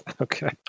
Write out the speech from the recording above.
Okay